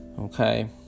Okay